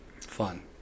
Fun